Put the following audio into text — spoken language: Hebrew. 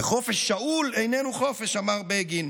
וחופש שאול איננו חופש", אמר בגין.